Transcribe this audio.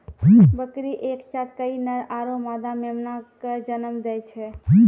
बकरी एक साथ कई नर आरो मादा मेमना कॅ जन्म दै छै